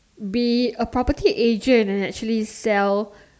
be a property agent and actually sell